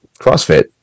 CrossFit